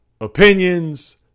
opinions